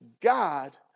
God